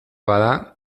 bada